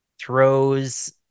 throws